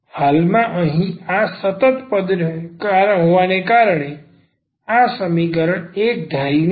હાલમાં અહીં આ સતત પદ હોવાને કારણે આ સમીકરણ એકધારી નથી